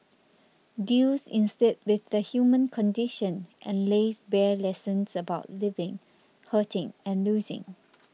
deals instead with the human condition and lays bare lessons about living hurting and losing